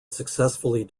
successfully